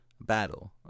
battle